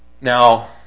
Now